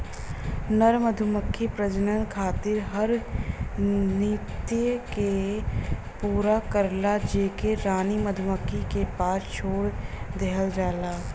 नर मधुमक्खी प्रजनन खातिर हर नृत्य के पूरा करला जेके रानी मधुमक्खी के पास छोड़ देहल जाला